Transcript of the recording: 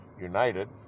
united